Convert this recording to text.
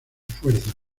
fuerzas